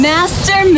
Master